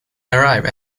arrive